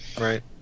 Right